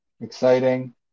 exciting